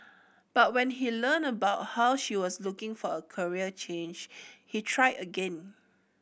but when he learnt about how she was looking for a career change he tried again